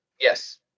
Yes